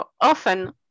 often